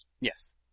Yes